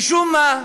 משום מה,